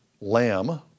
lamb